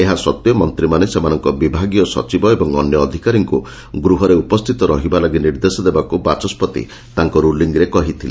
ଏହା ସତ୍ତେ ମନ୍ତୀମାନେ ସେମାନଙ୍କ ବିଭାଗୀର ସଚିବ ଏବଂ ଅନ୍ୟ ଅଧିକାରୀଙ୍କୁ ଗୃହରେ ଉପସ୍ଥିତ ରହିବା ଲାଗି ନିର୍ଦ୍ଦେଶ ଦେବାକୁ ବାଚସ୍ତି ତାଙ୍ ରୁଲିଂରେ କହିଥିଲେ